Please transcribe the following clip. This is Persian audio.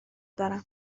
دارم